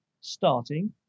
starting